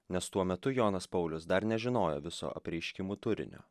nes tuo metu jonas paulius dar nežinojo viso apreiškimo turinio